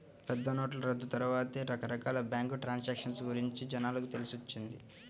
పెద్దనోట్ల రద్దు తర్వాతే రకరకాల బ్యేంకు ట్రాన్సాక్షన్ గురించి జనాలకు తెలిసొచ్చింది